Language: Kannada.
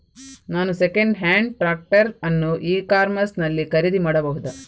ನಾನು ಸೆಕೆಂಡ್ ಹ್ಯಾಂಡ್ ಟ್ರ್ಯಾಕ್ಟರ್ ಅನ್ನು ಇ ಕಾಮರ್ಸ್ ನಲ್ಲಿ ಖರೀದಿ ಮಾಡಬಹುದಾ?